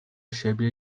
siebie